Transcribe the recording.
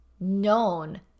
known